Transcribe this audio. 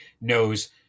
knows